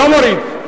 לא מוריד.